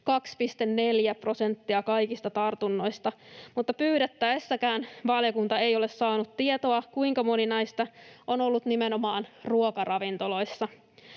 2,4 prosenttia kaikista tartunnoista, mutta pyydettäessäkään valiokunta ei ole saanut tietoa, kuinka moni näistä on ollut nimenomaan ruokaravintoloissa.